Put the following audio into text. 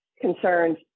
concerns